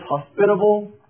hospitable